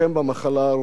אלא גם לנצח אותה,